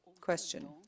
Question